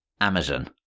Amazon